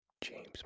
James